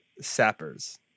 Sappers